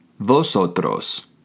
vosotros